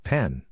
Pen